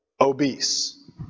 obese